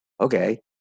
okay